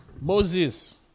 Moses